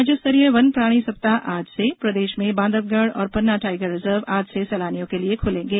राज्य स्तरीय वन्य प्राणी सप्ताह आज से प्रदेश में बांधवगढ़ और पन्ना टाइगर रिजर्व आज से सैलानियों के लिए खुलेंगे